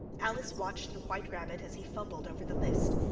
alice watched the white rabbit as he fumbled over the list,